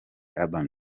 urban